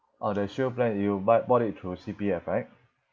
oh the shield plan you buy bought it through C_P_F right